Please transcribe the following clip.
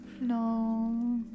No